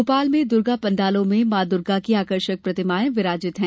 भोपाल में दुर्गा पाण्डालों में मां दूर्गा की आकर्षक प्रतिमाएं विराजीत हैं